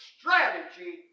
strategy